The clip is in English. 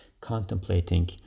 contemplating